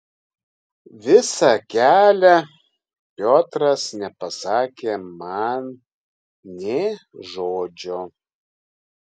visą kelią piotras nepasakė man nė žodžio